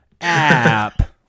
app